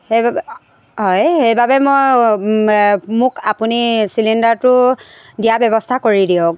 সেইবাবে হয় সেইবাবে মই মোক আপুনি চিলিণ্ডাৰটো দিয়া ব্যৱস্থা কৰি দিয়ক